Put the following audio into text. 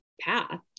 path